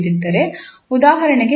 ಉದಾಹರಣೆಗೆ ಸಮಯ